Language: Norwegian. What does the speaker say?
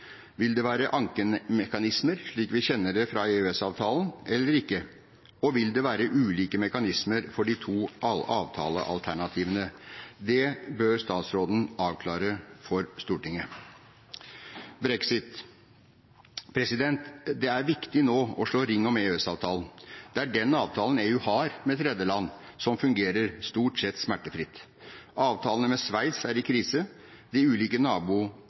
Vil det være ankemekanismer, slik vi kjenner det fra EØS-avtalen, eller ikke? Og vil det være ulike mekanismer for de to avtalealternativene? Det bør statsråden avklare for Stortinget. Brexit: Det er viktig nå å slå ring om EØS-avtalen. Det er den avtalen EU har med tredjeland som fungerer, stort sett smertefritt. Avtalene med Sveits er i krise. De ulike